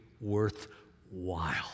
worthwhile